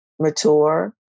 mature